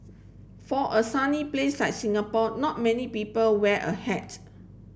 for a sunny place like Singapore not many people wear a hat